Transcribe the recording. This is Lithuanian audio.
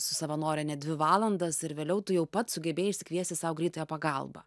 su savanore net dvi valandas ir vėliau tu jau pats sugebėjai išsikviesti sau greitąją pagalbą